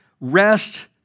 rest